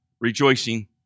rejoicing